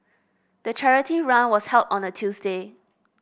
the charity run was held on a Tuesday